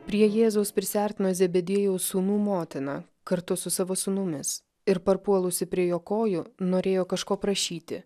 prie jėzaus prisiartino zebediejaus sūnų motina kartu su savo sūnumis ir parpuolusi prie jo kojų norėjo kažko prašyti